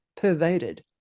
pervaded